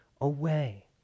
away